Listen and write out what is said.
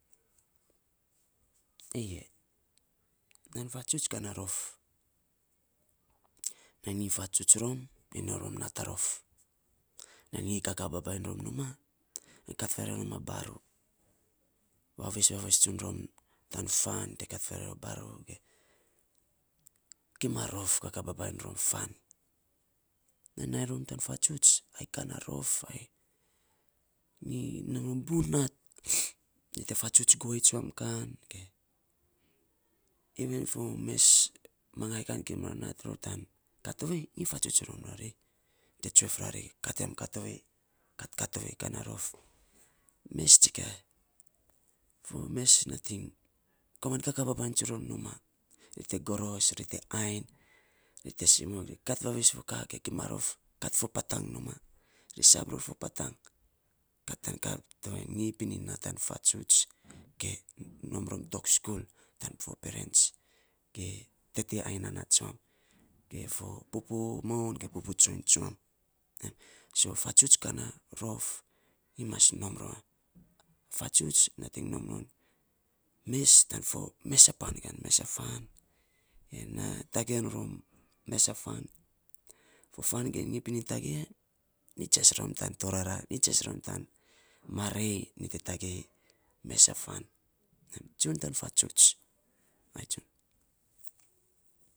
Eyei, nainy fatsuts ka na rof, nainy nyi fatsuts rom nyi nom rom nat a rof, nainy nyi kakaa babainy rom numaa, nyi kat faarei rom a baruu, vavis, vavis tsun rom tana fan te kat faarei rom a baruu ge kima rof kakaa babainy rom fan ain narom tan fatsuts ai ka naa rof ai nyi nom rom bun nat ainy fatsuts guei tsuam kan ge ivin fo mes mangai kan kima nat ror tan ka tovei nyi fatsuts rom rari, te tsuef rari, kat vam ka tovei, kat ka tovei ka na rof. Mes tsikis, fo mes nating komainy kakaa babainy tsurom numaa, ri te goros, ri te ainy ri te simok, ri te kat vavis fo ka ge gima rof kat fo patang numaa, ri sab ror fo patang kat tan ka, tovei nyi pinin naa ta fatsuts, ge nom rom tok skul. Tan fo perens ge tete ai nanaa tsuam, ge fo pupu moun ge pupu tsoiny tsuam. So fatuts ka na rof nyi mas nom romia, fatsuts nating nom non mes tan fo mesa pan kan, mesa fan ge na tagei rom mesa fan. Fo fan ge nyi pinin tagei ya nyi jias rom tan torara nyi jias rom tan marei nyi te tagei mesa fan ai tsun painy fatsuts, ai tsun.